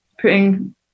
putting